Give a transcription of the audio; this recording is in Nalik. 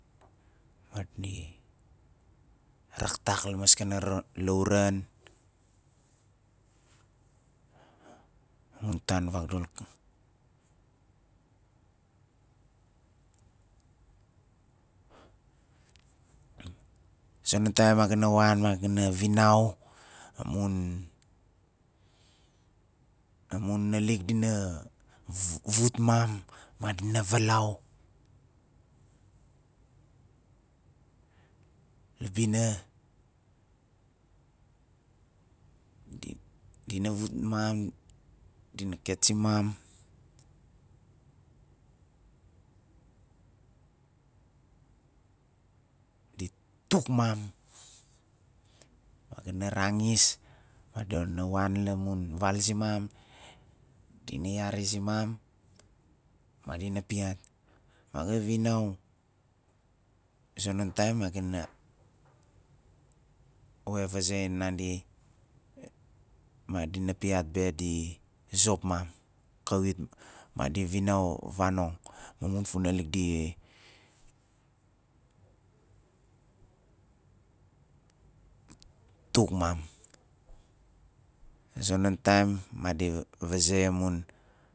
Madi raktak is maskaná ra- lauran amun tan vagdul ka a zonon taim ma gana wan ma gana vinau amun amun nalik dina v- vut mam madina valau la bing di- dina vut mam dina katsim mam di tuk mam ma gana rangis madona wan la mun val zimam dina yari zimam ma dina plat madi vinau a zonon taim ma gana we vaze nandi ma dina piat be di zop mam kawit madi vinau vanong ma mun funak di tuk mem a zonon tam madi va vaze amun